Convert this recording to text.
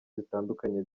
zitandukanye